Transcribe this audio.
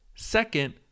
Second